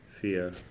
fear